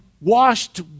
washed